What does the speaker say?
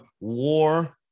war